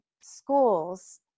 schools